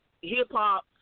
Hip-Hop